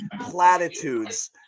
platitudes –